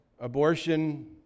Abortion